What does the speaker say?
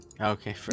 Okay